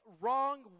wrong